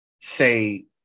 say